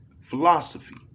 philosophy